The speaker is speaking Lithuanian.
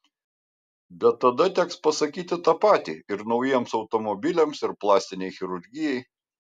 bet tada teks pasakyti tą patį ir naujiems automobiliams ir plastinei chirurgijai